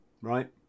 right